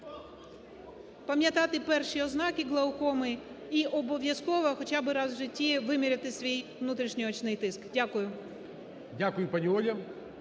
Пам'ятати перші ознаки глаукоми і обов'язково хоча би раз в житті виміряти свій внутрішньоочний тиск. Дякую. ГОЛОВУЮЧИЙ. Дякую, пані Оля.